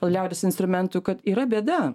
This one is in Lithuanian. liaudies instrumentų kad yra bėda